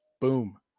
boom